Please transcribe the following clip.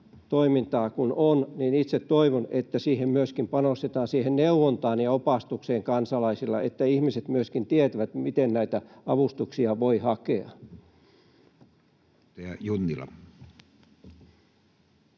toimintaa kun on, niin itse toivon, että myöskin kansalaisten neuvontaan ja opastukseen panostetaan, niin että ihmiset tietävät, miten näitä avustuksia voi hakea. [Speech 175]